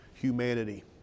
humanity